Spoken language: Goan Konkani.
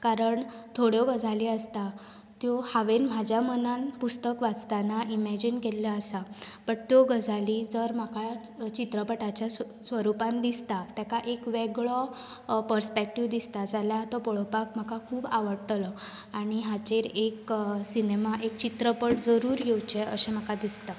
कारण थोड्यो गजाली आसता त्यो हांवेन म्हज्या मनांत पुस्तक वाचतना इमॅजीन केल्ल्यो आसा बट त्यो गजाली जर म्हाका चित्रपटाच्या स्वरूपांत दिसता तेका एक वेगळो परस्पॅकटीव दिसता जाल्यार तो पळोवपाक म्हाका खूब आवडटलो आनी हाचेर एक सिनेमा एक चित्रपट जरूर येवचे अशें म्हाका दिसता